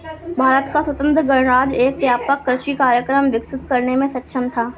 भारत का स्वतंत्र गणराज्य एक व्यापक कृषि कार्यक्रम विकसित करने में सक्षम था